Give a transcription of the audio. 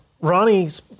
Ronnie's